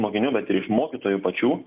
mokinių bet ir iš mokytojų pačių